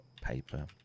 paper